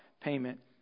payment